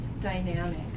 dynamic